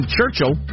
Churchill